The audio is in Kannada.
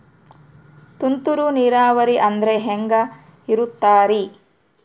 ತುಂತುರು ನೇರಾವರಿ ಅಂದ್ರೆ ಹೆಂಗೆ ಇರುತ್ತರಿ?